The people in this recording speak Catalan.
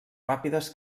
ràpides